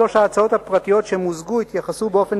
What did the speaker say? שלוש ההצעות הפרטיות שמוזגו התייחסו באופן